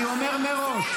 אני אומר מראש,